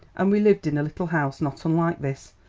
and we lived in a little house not unlike this,